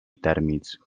tèrmits